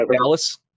Dallas